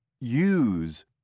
Use